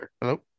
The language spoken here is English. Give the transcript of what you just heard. Hello